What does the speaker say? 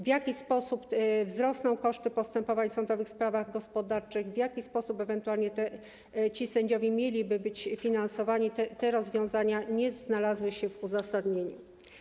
W jaki sposób wzrosną koszty postępowań w sądowych sprawach gospodarczych, w jaki sposób ewentualnie ci sędziowie mieliby być opłacani - te rozwiązania nie znalazły się w uzasadnieniu.